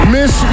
Miss